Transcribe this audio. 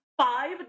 five